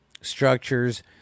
structures